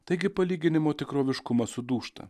taigi palyginimų tikroviškumas sudūžta